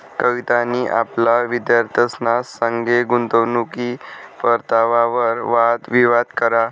कवितानी आपला विद्यार्थ्यंसना संगे गुंतवणूकनी परतावावर वाद विवाद करा